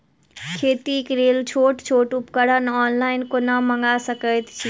खेतीक लेल छोट छोट उपकरण ऑनलाइन कोना मंगा सकैत छी?